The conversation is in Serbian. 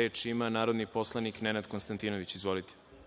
Reč ima narodni poslanik Nenad Konstantinović. Izvolite.